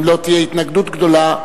אם לא תהיה התנגדות גדולה,